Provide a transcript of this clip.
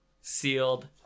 sealed